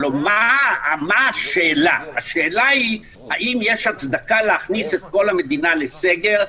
הלוא מה השאלה השאלה היא אם יש הצדקה להכניס את כל המדינה לסגר,